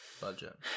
Budget